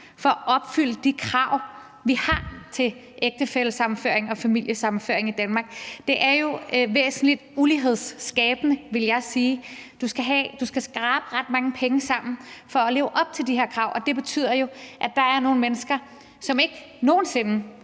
for at opfylde de krav, vi har til ægtefællesammenføring og familiesammenføring i Danmark. Det er jo væsentlig ulighedsskabende, vil jeg sige. Du skal skrabe ret mange penge sammen for at leve op til de her krav, og det betyder jo, at der er nogle mennesker, som aldrig nogensinde